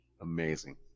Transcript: amazing